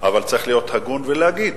אבל צריך להיות הגון ולהגיד